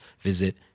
visit